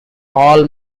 all